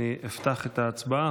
אפתח את ההצבעה.